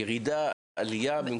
ירידה, עלייה?